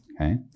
Okay